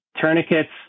tourniquets